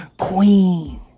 queen